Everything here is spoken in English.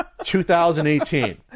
2018